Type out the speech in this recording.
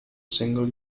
single